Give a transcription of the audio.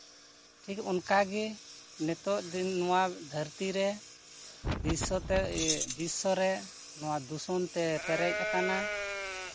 ᱴᱷᱤᱠ ᱚᱱᱠᱟ ᱜᱮ ᱱᱤᱛᱳᱜ ᱫᱤᱱ ᱱᱚᱣᱟ ᱫᱷᱟᱹᱨᱛᱤ ᱨᱮ ᱵᱤᱥᱥᱚ ᱛᱮ ᱮᱭ ᱵᱤᱥᱥᱚ ᱨᱮ ᱱᱚᱣᱟ ᱫᱩᱥᱚᱱ ᱛᱮ ᱯᱮᱨᱮᱡ ᱟᱠᱟᱱᱟ